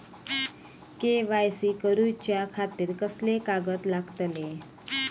KYC करूच्या खातिर कसले कागद लागतले?